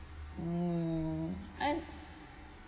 mm and